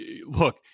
look